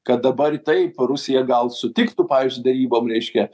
kad dabar taip rusija gal sutiktų pavyzdžiui derybom reiškia